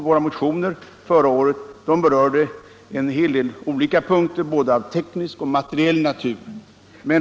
Våra motioner förra året berörde olika punkter både av teknisk och materiell natur.